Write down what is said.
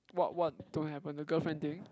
what what don't happen the girlfriend thing